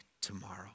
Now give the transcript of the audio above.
tomorrow